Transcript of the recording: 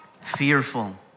fearful